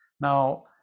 Now